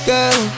Girl